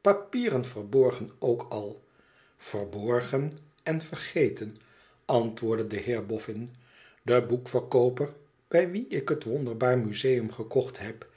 papieren verborgen ook al t verborgen en vergeten antwoordde de heer boffin de boek verkooper bij wien ik het wonderbaar museum gekocht heb